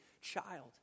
child